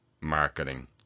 marketing